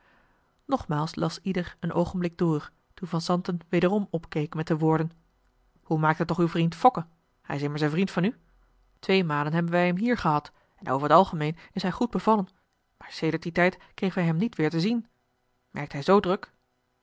nogmaals las ieder een oogenblik door toen van zanten wederom opkeek met de woorden hoe maakt het toch uw vriend fokke hij is immers een vriend van u twee malen hebben wij hem hier gehad en over t algemeen is hij goed bevallen maar sedert dien tijd kregen wij hem niet weer te zien werkt hij zoo druk